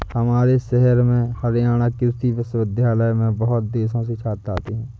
हमारे शहर में हरियाणा कृषि विश्वविद्यालय में बहुत देशों से छात्र आते हैं